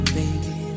baby